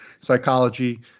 psychology